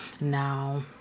Now